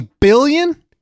billion